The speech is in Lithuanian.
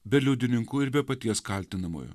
be liudininkų ir be paties kaltinamojo